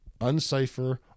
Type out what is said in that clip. uncipher